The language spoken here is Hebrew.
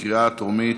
בקריאה טרומית.